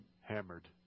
hammered